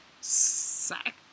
Sack